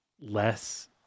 less